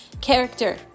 character